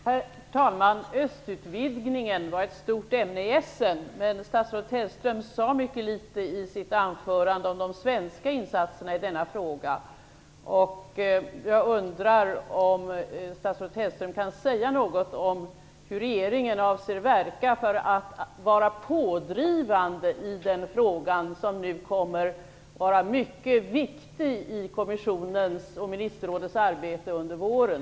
Herr talman! Östutvidgningen var ett stort ämne vid mötet i Essen. Men statsrådet Hellström sade litet i sitt anförande om de svenska insatserna i denna fråga. Jag undrar om statsrådet Hellström kan säga något om hur regeringen avser verka för att vara pådrivande i den fråga som kommer att vara mycket viktig i kommissionens och ministerrådets arbete under våren.